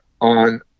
on